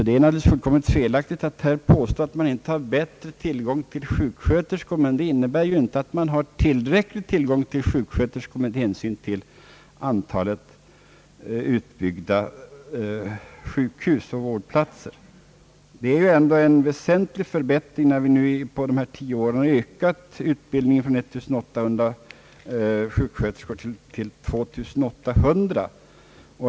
Det är fullkom ligt felaktigt att påstå att man inte nu har bättre tillgång till sjuksköterskor, men det innebär inte att man har tillräcklig tillgång till sjuksköterskor med hänsyn till antalet utbyggda sjukhus och vårdplatser. Det är ju ändå en väsentlig förbättring när vi under tio år ökat antalet per år utbildade sjuksköterskor från 1800 till 2 800.